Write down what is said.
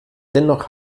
dennoch